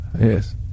yes